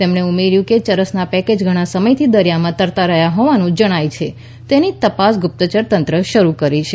તેમણે ઉમેર્યું કે ચરસના પેકેજ ઘણાં સમયથી દરિયામાં તરતાં રહ્યાં હોવાનું જણાય છે તેની તપાસ ગુપ્તયર તંત્રે શરૂ કરી છે